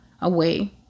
away